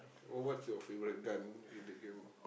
oh what's your favourite gun in the game